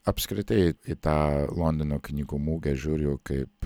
apskritai į į tą londono knygų mugę žiūriu kaip